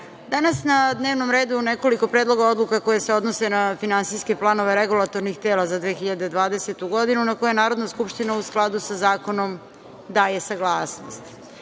danas je na dnevnom redu nekoliko predloga koji se odnose na finansijske planove regulatornih tela za 2020. godinu, na koje Narodna skupština, u skladu sa zakonom, daje saglasnost. Dakle,